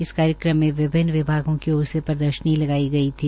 इस कार्यक्रम में विभिन्न विभागों की ओर से प्रदर्शनी लगाई गई थी